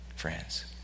friends